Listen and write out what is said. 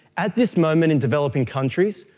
at this moment in developing countries,